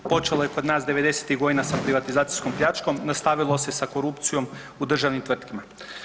Počelo je kod nas devedesetih godina sa privatizacijskom pljačkom, nastavilo se sa korupcijom u državnim tvrtkama.